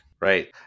Right